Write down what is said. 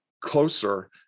closer